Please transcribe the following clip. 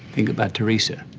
think about theresa,